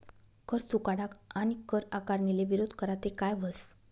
कर चुकाडा आणि कर आकारणीले विरोध करा ते काय व्हस